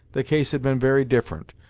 the case had been very different.